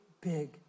big